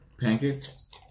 Pancakes